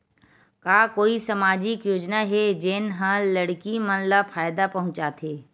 का कोई समाजिक योजना हे, जेन हा लड़की मन ला फायदा पहुंचाथे?